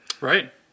Right